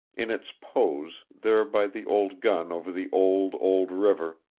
in its pose there by the old gun over the old, old river,